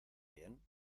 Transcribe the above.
bien